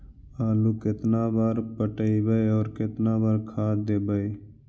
आलू केतना बार पटइबै और केतना बार खाद देबै?